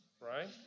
right